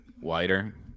wider